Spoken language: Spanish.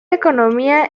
economía